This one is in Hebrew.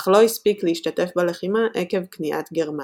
אך לא הספיק להשתתף בלחימה עקב כניעת גרמניה.